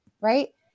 right